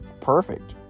perfect